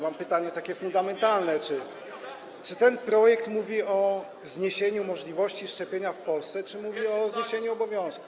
Mam takie fundamentalne pytanie: Czy ten projekt mówi o zniesieniu możliwości szczepienia w Polsce, czy mówi o zniesieniu obowiązku?